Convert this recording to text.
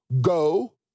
go